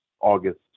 August